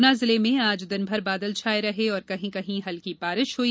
गुना जिले में आज दिनभर बादल छाये रहे और कहीं कहीं हल्की बारिश हुई